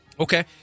Okay